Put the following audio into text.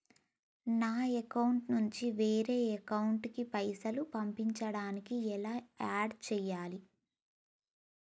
నా అకౌంట్ నుంచి వేరే వాళ్ల అకౌంట్ కి పైసలు పంపించడానికి ఎలా ఆడ్ చేయాలి?